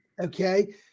okay